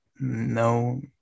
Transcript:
No